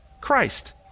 Christ